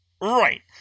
Right